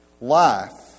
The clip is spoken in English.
Life